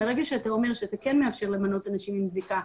מרגע שאתה אומר שזה כן מאפשר למנות אנשים עם זיקה,